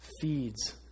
feeds